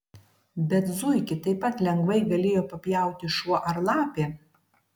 bet zuikį taip pat lengvai galėjo papjauti šuo ar lapė